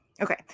okay